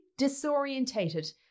disorientated